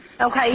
Okay